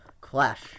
clash